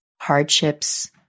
hardships